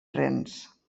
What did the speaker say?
rennes